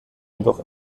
jedoch